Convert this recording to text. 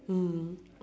mm